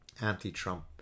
anti-Trump